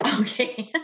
Okay